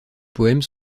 poèmes